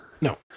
No